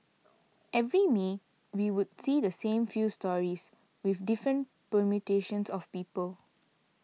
every May we would see the same few stories with different permutations of people